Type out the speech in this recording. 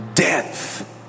Death